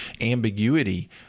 ambiguity